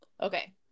Okay